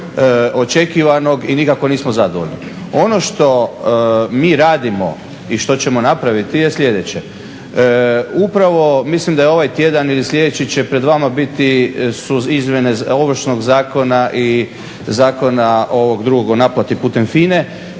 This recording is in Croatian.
očekivanog i nikako nismo zadovoljni. Ono što mi radimo i što ćemo napraviti je sljedeće: upravo, mislim da je ovaj tjedan ili sljedeći će pred vama biti, su izmjene Ovršnog zakona i Zakona o naplati putem